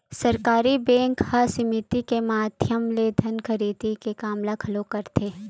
सहकारी बेंक ह समिति के माधियम ले धान खरीदे के काम ल घलोक करथे